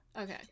Okay